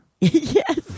Yes